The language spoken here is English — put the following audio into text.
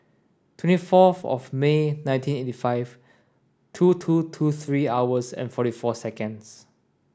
twenty fourth of May nineteen eighty five two two two three hours and forty four seconds